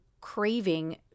craving –